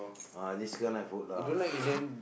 ah this kind night food lah